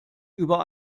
über